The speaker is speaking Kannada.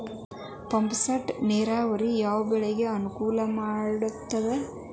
ಪಂಪ್ ಸೆಟ್ ನೇರಾವರಿ ಯಾವ್ ಬೆಳೆಗೆ ಅನುಕೂಲ ಮಾಡುತ್ತದೆ?